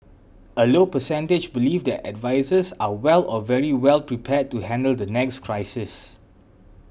a low percentage believe their advisers are well or very well prepared to handle the next crisis